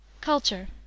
Culture